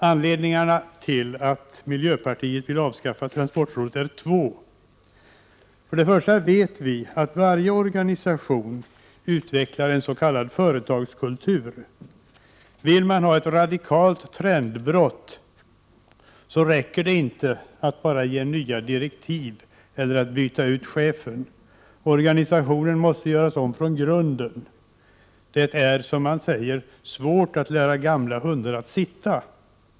Anledningarna till att vi i miljöpartiet vill avskaffa transportrådet är två: För det första vet vi att det i varje organisation utvecklar sig en s.k. företagskultur. Vill man ha ett radikalt trendbrott i en organisation, räcker det inte att ge nya direktiv eller byta ut chefen. Organisationen måste göras om från grunden. Det är, som man säger, svårt att lära gamla hundar sitta.